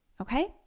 okay